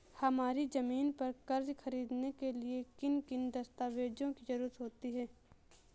हमारी ज़मीन पर कर्ज ख़रीदने के लिए किन किन दस्तावेजों की जरूरत होती है?